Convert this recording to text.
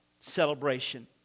celebration